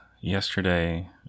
yesterday